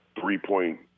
three-point